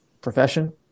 profession